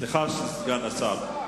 סליחה, סגן השר.